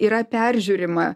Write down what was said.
yra peržiūrima